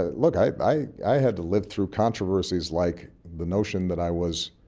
ah look, i i had to live through controversies like the notion that i was